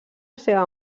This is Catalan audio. seva